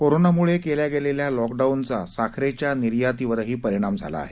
कोरोनामुळे केल्या गेलेल्या लॉकडाऊनचा साखरेच्या निर्यातीवरही परिणाम झाला आहे